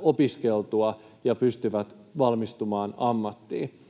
opiskeltua ja pystyvät valmistumaan ammattiin.